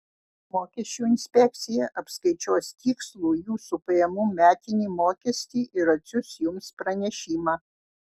mokesčių inspekcija apskaičiuos tikslų jūsų pajamų metinį mokestį ir atsiųs jums pranešimą